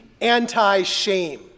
anti-shame